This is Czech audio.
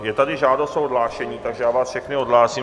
Je tady žádost o odhlášení, takže vás všechny odhlásím.